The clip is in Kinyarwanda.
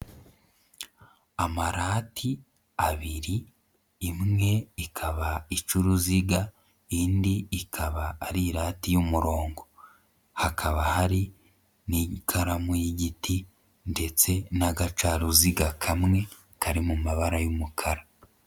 Amarati abiri imwe ikaba ica uruziga indi ikaba ari irati y'umurongo, hakaba hari n'ikaramu y'igiti ndetse n'agacaruziga kamwe kari mu mabara y'umukara.